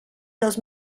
los